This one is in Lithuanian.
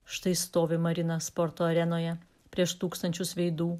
štai stovi marina sporto arenoje prieš tūkstančius veidų